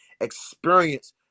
Experience